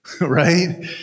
Right